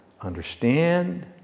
understand